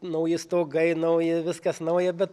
nauji stogai nauja viskas nauja bet